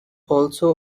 also